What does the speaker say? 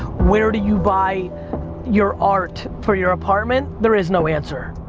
where do you buy your art for your apartment? there is no answer,